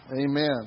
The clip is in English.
Amen